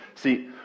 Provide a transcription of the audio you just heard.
See